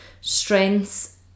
strengths